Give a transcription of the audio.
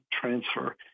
transfer